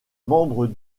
membre